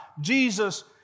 Jesus